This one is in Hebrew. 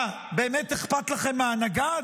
מה, באמת אכפת לכם מהנגד?